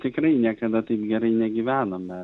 tikrai niekada taip gerai negyvenome